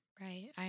Right